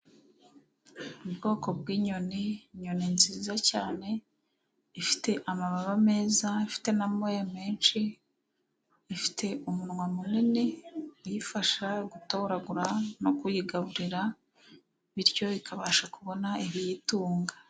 Ubwoko bw'inyoni, inyoni nziza cyane ifite amababa meza afite n'amoya menshi, ifite umunwa munini uyifasha gutoragura no kuyigaburira, bityo bikabasha kubona ibiyitunga.